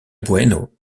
bueno